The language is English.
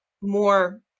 more